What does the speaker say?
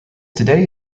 today